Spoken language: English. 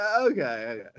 okay